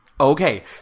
Okay